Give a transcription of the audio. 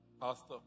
pastor